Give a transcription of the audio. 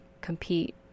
compete